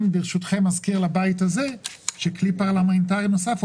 אזכיר לבית הזה שיש כלי פרלמנטרי נוסף,